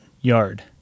yard